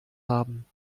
haben